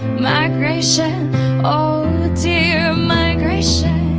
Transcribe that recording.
migration oh dear migration